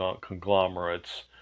conglomerates